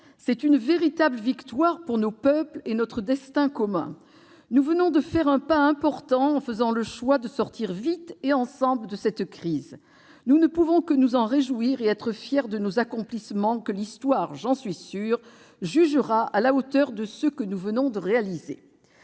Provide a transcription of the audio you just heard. C'est une véritable victoire pour nos peuples et notre destin commun. Nous venons de faire un pas important en faisant le choix de sortir vite et ensemble de cette crise. Nous ne pouvons que nous en réjouir et être fiers de nos accomplissements que l'histoire, j'en suis sûre, jugera à la hauteur de ce que nous venons de réaliser.